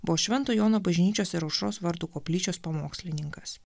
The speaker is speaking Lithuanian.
buvo švento jono bažnyčios ir aušros vartų koplyčios pamokslininkas